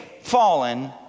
fallen